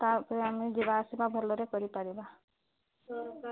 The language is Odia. ତା'ପରେ ଆମେ ଯିବା ଆସିବା ଭଲରେ କରିପାରିବା